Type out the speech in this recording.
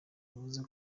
bivuze